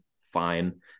fine –